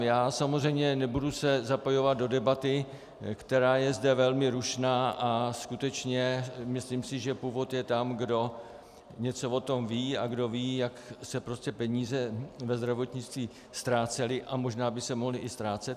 Já se samozřejmě nebudu zapojovat do debaty, která je zde velmi rušná, a skutečně si myslím, že původ je tam, kdo něco o tom ví a kdo ví, jak se prostě peníze ve zdravotnictví ztrácely a možná by se mohly i ztrácet.